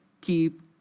keep